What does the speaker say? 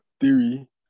theory